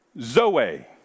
zoe